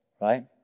right